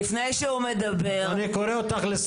אני רוצה שהוא יגיד פה לפני שהוא מדבר